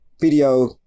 video